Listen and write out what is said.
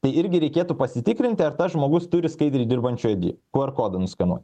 tai irgi reikėtų pasitikrinti ar tas žmogus turi skaidriai dirbančio id qr kodą nuskanuot